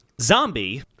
zombie